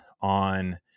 on